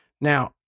Now